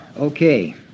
Okay